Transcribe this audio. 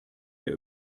hier